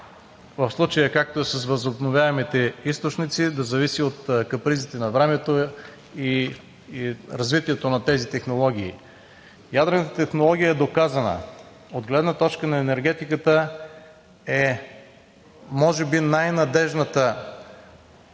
в случая, както е с възобновяемите източници, да зависи от капризите на времето и развитието на тези технологии? Ядрената технология е доказана. От гледна точка на енергетиката е може би най-надеждната